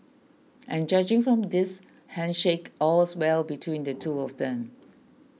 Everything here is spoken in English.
and judging from this handshake all's well between the two of them